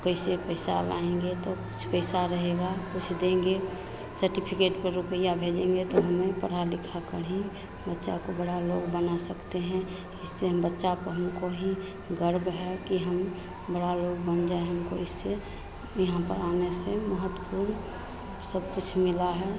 कैसे पैसा लाएंगे तो कुछ पैसा रहेगा कुछ देंगे सटिर्फिकेट पर रुपया भेजेंगे तो हमहूँ पढ़ा लिखा कर ही बच्चा को बड़ा लोग बना सकते हैं इससे हम बच्चा को ही गर्व है कि हम बड़ा लोग बन जाएं हमको इससे यहाँ पर आने से महत्वपूर्ण सब कुछ मिला है